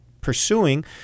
pursuing